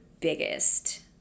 biggest